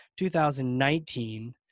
2019